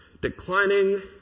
declining